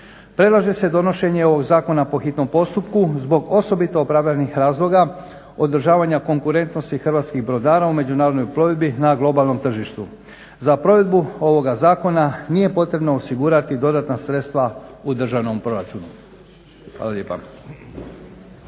Predlaže se donošenje ovog zakona po hitnom postupku zbog osobito opravdanih razloga, održavanja konkurentnosti hrvatskih brodara u međunarodnoj plovidbi na globalnom tržištu. Za provedbu ovoga zakona nije potrebno osigurati dodatna sredstva u državnom proračunu.